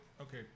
Okay